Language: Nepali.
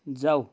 जाऊ